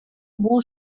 бул